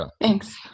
Thanks